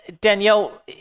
Danielle